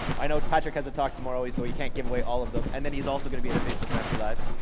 i know patrick has a talk tomorrow, so he can't give away all of them, and then he's also gonna be at a facebook mastery live.